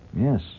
Yes